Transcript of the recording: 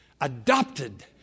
adopted